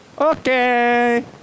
Okay